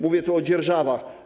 Mówię tu o dzierżawach.